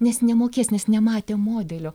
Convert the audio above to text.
nes nemokės nes nematė modelio